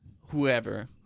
whoever